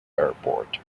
airport